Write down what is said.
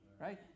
Right